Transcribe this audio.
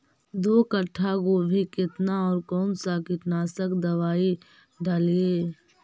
दो कट्ठा गोभी केतना और कौन सा कीटनाशक दवाई डालिए?